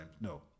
No